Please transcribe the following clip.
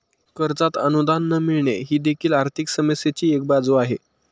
कर्जात अनुदान न मिळणे ही देखील आर्थिक समस्येची एक बाजू आहे